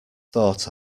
thought